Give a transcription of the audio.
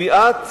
קביעת